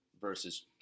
versus